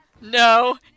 No